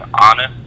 honest